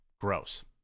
Gross